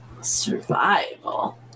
Survival